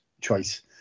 choice